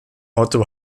otto